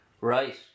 Right